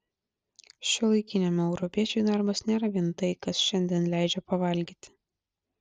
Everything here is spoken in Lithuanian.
šiuolaikiniam europiečiui darbas nėra vien tai kas šiandien leidžia pavalgyti